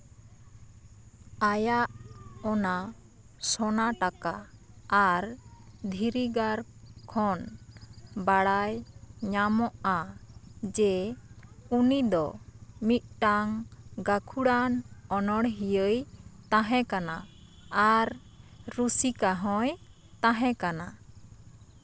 ᱟᱭᱟᱜ ᱚᱱᱟ ᱥᱚᱱᱟᱴᱟᱠᱟ ᱟᱨ ᱫᱷᱤᱨᱤᱜᱟᱨ ᱠᱷᱚᱱ ᱵᱟᱲᱟᱭ ᱧᱟᱢᱚᱜᱼᱟ ᱡᱮ ᱩᱱᱤ ᱫᱚ ᱢᱤᱫᱴᱟᱝ ᱜᱟᱹᱠᱷᱩᱲᱟᱱ ᱚᱱᱚᱲᱦᱤᱭᱟᱹᱭ ᱛᱟᱦᱮᱸ ᱠᱟᱱᱟ ᱟᱨ ᱨᱩᱥᱤᱠᱟ ᱦᱚᱸᱭ ᱛᱟᱦᱮᱸ ᱠᱟᱱᱟ